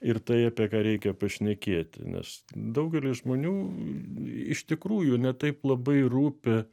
ir tai apie ką reikia pašnekėti nes daugeliui žmonių iš tikrųjų ne taip labai rūpi